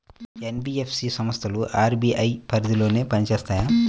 NBFC సంస్థలు RBI పరిధిలోనే పని చేస్తాయా?